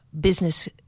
business